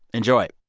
enjoy